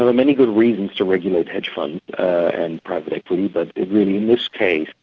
ah many good reasons to regulate hedge funds and private equity but really in this case,